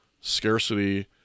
scarcity